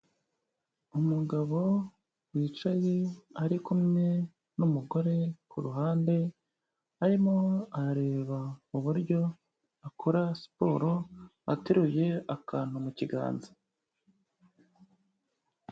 Umugabo wicaye ari kumwe n'umugore ku ruhande, arimo arareba uburyo akora siporo ateruye akantu mu kiganza.